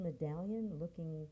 medallion-looking